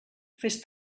fes